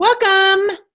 Welcome